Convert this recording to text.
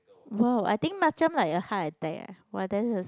!wow! I think macam like a heart-attack eh !wah! that is